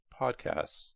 podcasts